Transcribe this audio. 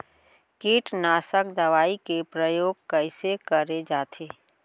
कीटनाशक दवई के प्रयोग कइसे करे जाथे?